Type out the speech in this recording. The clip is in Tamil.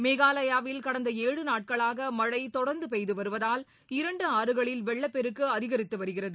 மேகாலயாவில் கடந்த ஏழு நாட்களாக மழை தொடர்ந்து பெய்து வருவதால் இரண்டு ஆறுகளில் வெள்ளப் பெருக்கு அதிகரித்து வருகிறது